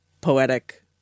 poetic